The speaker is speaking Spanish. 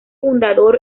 fundador